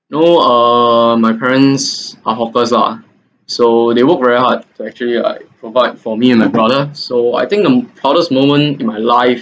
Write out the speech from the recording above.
you know err my parents are hawkers lah so they work very hard to actually like provide for me and my brother so I think the proudest moment in my life